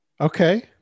Okay